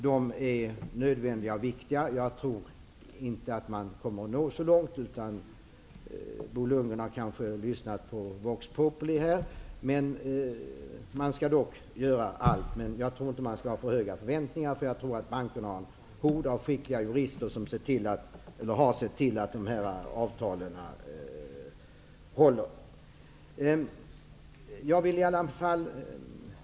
De är nödvändiga och viktiga, men jag tror inte att man kommer att nå så långt. Bo Lundgren har kanske lyssnat på vox populi. Man skall dock göra allt, men jag tror inte att man skall ha för höga förväntningar. Jag tror att bankerna har en hord av skickliga jurister som har sett till att avtalen håller.